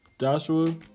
Joshua